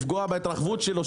לפגוע בהתרחבות שלו.